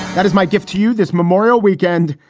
that is my gift to you this memorial weekend.